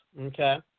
okay